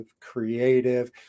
creative